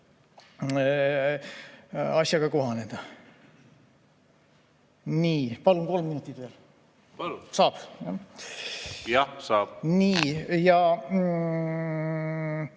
asjaga kohaneda. Nii, palun kolm minutit veel. Saab? Jah, saab. Jah, saab.